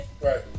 Right